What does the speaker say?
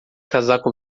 casaco